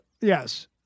Yes